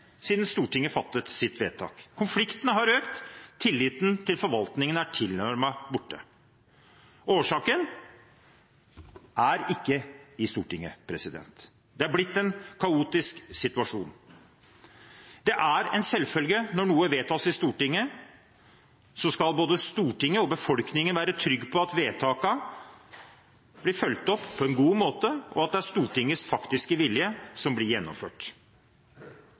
siden Stortinget fattet sitt vedtak. Konflikten har økt. Tilliten til forvaltningen er tilnærmet borte. Årsaken ligger ikke i Stortinget. Det har blitt en kaotisk situasjon. Det er en selvfølge at når noe vedtas i Stortinget, skal både Stortinget og befolkningen være trygg på at vedtakene blir fulgt opp på en god måte, og at det er Stortingets faktiske vilje som blir gjennomført.